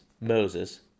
Moses